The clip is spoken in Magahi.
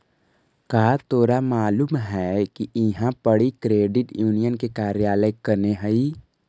का तोरा मालूम है कि इहाँ पड़ी क्रेडिट यूनियन के कार्यालय कने हई?